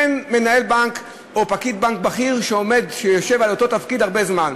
אין מנהל בנק או פקיד בנק בכיר שיושב באותו תפקיד הרבה זמן,